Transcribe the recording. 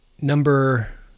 Number